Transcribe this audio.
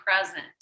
present